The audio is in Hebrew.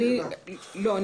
לא.